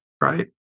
right